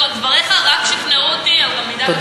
וכל דבריך רק שכנעו אותי במידת הצדק של דברי.